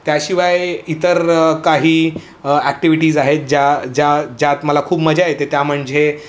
त्याशिवाय इतर काही ॲक्टिविटीज आहेत ज्या ज्या ज्यात मला खूप मजा येते त्या म्हणजे